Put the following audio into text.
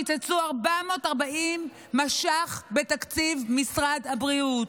קיצצו 440 מיליון ש"ח בתקציב משרד הבריאות.